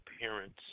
parent's